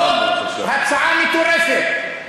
זאת הצעה מטורפת,